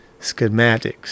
schematics